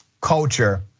culture